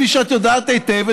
כפי שאת יודעת היטב,